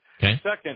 Second